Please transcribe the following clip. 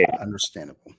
understandable